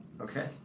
Okay